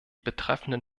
betreffenden